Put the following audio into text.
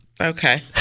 Okay